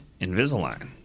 Invisalign